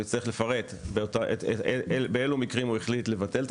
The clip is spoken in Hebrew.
הוא יצטרך לפרט באילו מקרים הוא החליט לבטל את